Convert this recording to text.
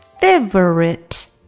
favorite